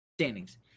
standings